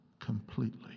completely